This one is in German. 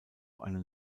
einen